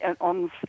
on